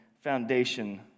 foundation